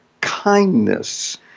kindness